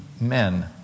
men